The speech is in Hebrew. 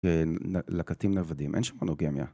ולקטים נוודים, אין שם מונוגמיה